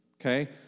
Okay